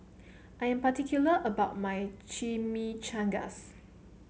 I am particular about my Chimichangas